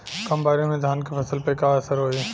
कम बारिश में धान के फसल पे का असर होई?